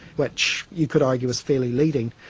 which you could argue is fairly leading.